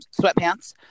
sweatpants